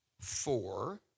four